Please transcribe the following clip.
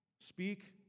Speak